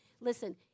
Listen